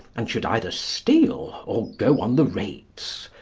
and should either steal or go on the rates,